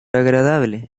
agradable